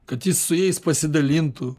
kad jis su jais pasidalintų